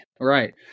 Right